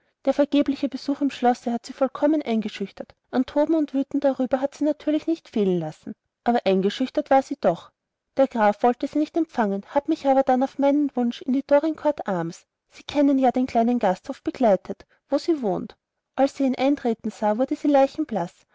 der vergebliche besuch im schlosse hat sie vollkommen eingeschüchtert an toben und wüten darüber hat sie es natürlich nicht fehlen lassen aber eingeschüchtert war sie doch der graf wollte sie nicht empfangen hat mich aber dann auf meinen wunsch in die dorincourt arms sie kennen ja den kleinen gasthof begleitet wo sie wohnt als sie ihn eintreten sah wurde sie